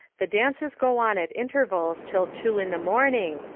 the dances go on at intervals till two in the morning,